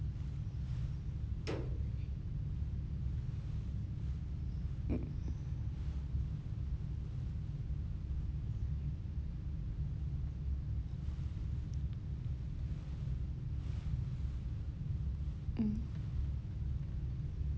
mm